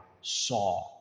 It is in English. saw